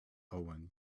owen